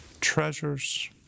treasures